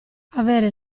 avere